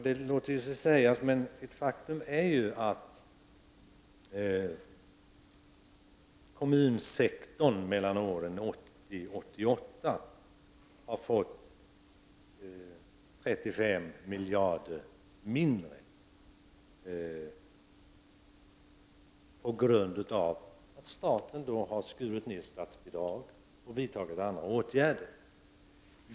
Det låter sig sägas, men ett faktum är att kommunsektorn mellan åren 1980 och 1988 har fått 35 miljarder mindre på grund av att staten har skurit ner statsbidrag och vidtagit andra åtgärder.